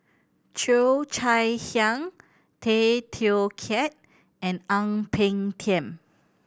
Cheo Chai Hiang Tay Teow Kiat and Ang Peng Tiam